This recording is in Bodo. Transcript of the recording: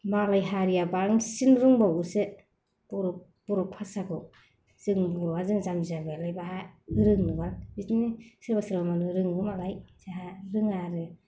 मालाय हारिया बांसिन रोंबावोसो बर' बर' भासाखौ जों बर'आ जों जाम्बि जाम्बायालाय बहा रोंनो बाल बिदिनो सोरबा सोरबा मालाय रोङोबो मालाय बिदिनो जोंहा रोङा आरो